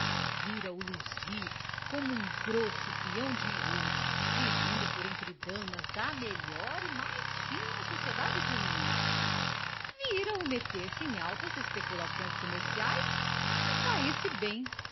política vira o luzir como um grosso pião de ouro girando por entre damas da melhor e mais fina sociedade fluminense vira o meter-se em altas especulações comerciais e sair se bem